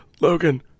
Logan